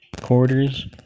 quarters